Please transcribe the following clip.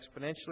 exponentially